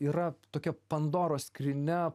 yra tokia pandoros skrynia